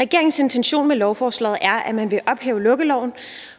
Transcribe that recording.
Regeringens intention med lovforslaget er, at man vil ophæve lukkeloven